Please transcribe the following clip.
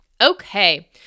Okay